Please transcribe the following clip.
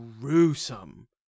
gruesome